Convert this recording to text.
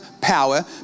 power